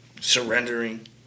surrendering